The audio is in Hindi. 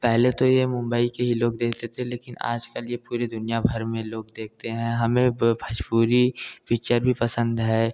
पहले तो ये मुम्बई के ही लोग देखते थे लेकिन आज कल ये पूरी दुनिया भर में लोग देखते हैं हमें वो भौजपुरी पिच्चर भी पसंद है